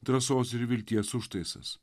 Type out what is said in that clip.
drąsos ir vilties užtaisas